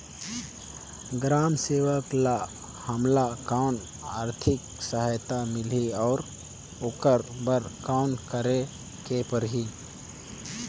ग्राम सेवक ल हमला कौन आरथिक सहायता मिलही अउ ओकर बर कौन करे के परही?